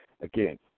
again